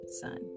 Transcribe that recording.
son